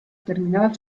terminaba